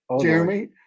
Jeremy